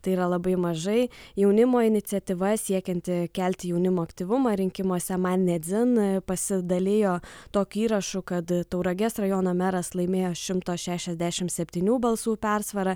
tai yra labai mažai jaunimo iniciatyva siekianti kelti jaunimo aktyvumą rinkimuose man ne dzin pasidalijo tokiu įrašu kad tauragės rajono meras laimėjo šimto šešiasdešim septynių balsų persvara